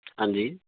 ਹਾਂਜੀ